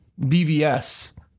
BVS